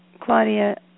Claudia